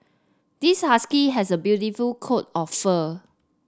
this husky has a beautiful coat of fur